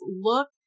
look